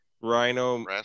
Rhino